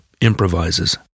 improvises